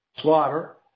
Slaughter